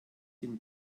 den